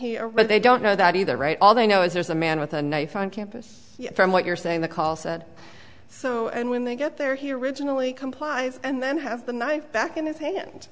where they don't know that either right all they know is there's a man with a knife on campus from what you're saying the call said so and when they get there here originally complies and then have the knife back in his hand